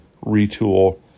retool